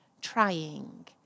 Trying